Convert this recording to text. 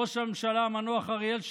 ראש הממשלה המנוח אריאל שרון,